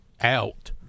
out